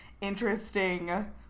interesting